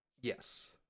Yes